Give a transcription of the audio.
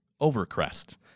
Overcrest